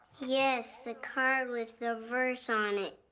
yes, the card with the verse on it.